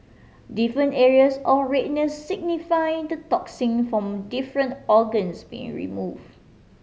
different areas of redness signify the toxin from different organs being remove